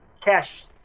cash